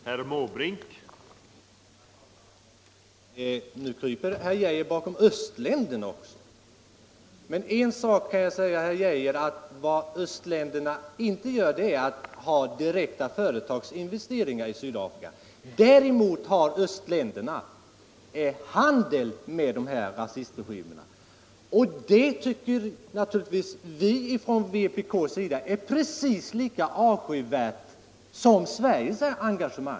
Herr talman! Nu kryper herr Arne Geijer bakom östländerna också! Men en sak kan jag säga herr Arne Geijer: Vad östländerna inte gör, det är att de inte genomför direkta företagsinvesteringar i Sydafrika. Däremot har östländerna handel med de här rasistregimerna, och det tycker naturligtvis vi inom vpk är precis lika avskyvärt som Sveriges engagemang.